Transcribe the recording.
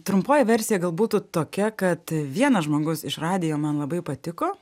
trumpoji versija gal būtų tokia kad vienas žmogus iš radijo man labai patiko